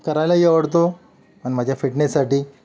करायलाही आवडतो आणि माझ्या फिटनेससाठी